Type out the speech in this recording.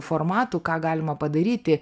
formatų ką galima padaryti